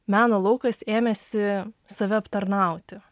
meno laukas ėmėsi save aptarnauti